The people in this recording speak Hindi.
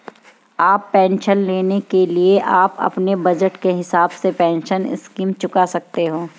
अब पेंशन लेने के लिए आप अपने बज़ट के हिसाब से पेंशन स्कीम चुन सकते हो